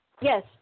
Yes